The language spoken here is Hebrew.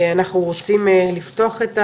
אנחנו רוצים לפתוח את האירוע,